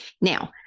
Now